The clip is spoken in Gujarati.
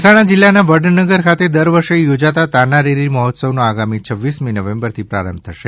મહેસાણા જીલ્લાના વડનગર ખાતે દર વર્ષે યોજાતા તાના રીરી મહોત્સવનો આગામી છવ્વીસમી નવેમ્બરથી આરંભ થશે